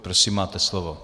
Prosím, máte slovo.